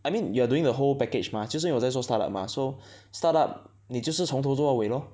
I mean you are doing the whole package mah 就是因为我在做 start up mah so start up 你就是从头做到尾 lor